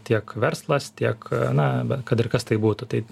tiek verslas tiek na bet kad ir kas tai būtų tai